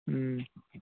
ହୁଁ